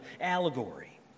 allegory